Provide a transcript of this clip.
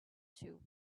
too